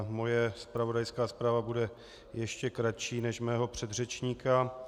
Moje zpravodajská zpráva bude ještě kratší než mého předřečníka.